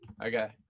Okay